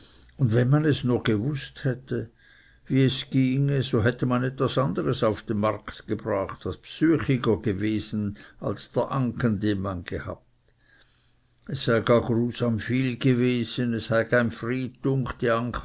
und wenn man es nur gewußt hätte wie es ginge so hätte man etwas anderes auf den markt gebracht das bsüchiger gewesen als der anken den man gehabt es sei gar grusam viel gewesen es heig eim